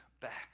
back